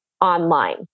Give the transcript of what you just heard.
online